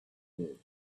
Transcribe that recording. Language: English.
world